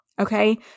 Okay